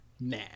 nah